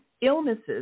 illnesses